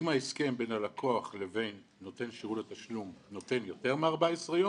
אם ההסכם בין הלקוח לבן נותן שרות תשלום נותן יותר מ-14 יום,